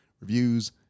reviews